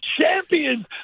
champions